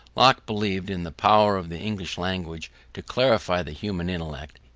locke believed in the power of the english language to clarify the human intellect,